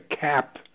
cap